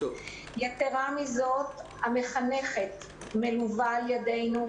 יתרה מזאת, המחנכת מלווה על ידינו.